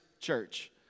church